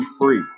free